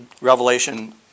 Revelation